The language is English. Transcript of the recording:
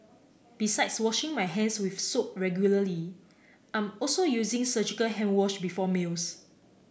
besides washing my hands with soap regularly I'm also using surgical hand wash before meals